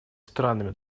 странами